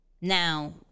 Now